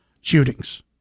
shootings